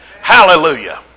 Hallelujah